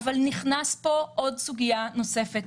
אבל נכנסת פה עוד סוגיה נוספת,